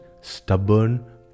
stubborn